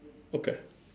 okay